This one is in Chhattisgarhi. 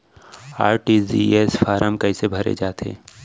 आर.टी.जी.एस फार्म कइसे भरे जाथे?